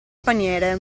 paniere